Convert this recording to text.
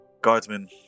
Guardsmen